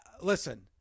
listen